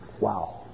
Wow